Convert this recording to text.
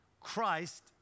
Christ